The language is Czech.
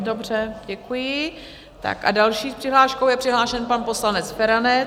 Dobře, děkuji, a další s přihláškou je přihlášen pan poslanec Feranec.